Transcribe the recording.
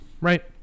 right